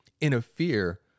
interfere